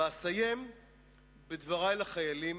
ואסיים בדברי לחיילים,